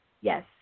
Yes